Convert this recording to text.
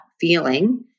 feeling